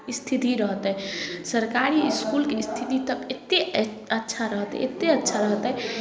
स्थिति रहतै सरकारी इसकूलके स्थिति तब एत्ते अच्छा रहतै एत्ते अच्छा रहतै ओकर बेहतरीन स्थ